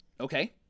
Okay